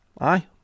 aye